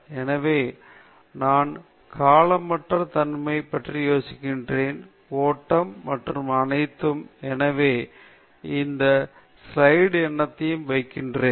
எனவே நான் காலமற்ற தன்மை பற்றி பேசினேன் ஓட்டம் மற்றும் அனைத்து எனவே நான் இந்த ஸ்லைடு எண்ணையும் வைக்கிறேன்